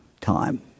time